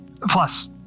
Plus